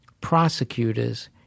prosecutors